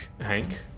Hank